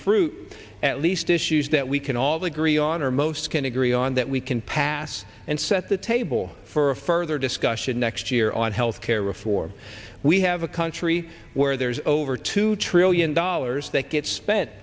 fruit at least issues that we can all agree on or most can agree on that we can pass and set the table for a further discussion next year on health care reform we have a country where there's over two trillion dollars that gets spent